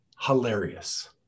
hilarious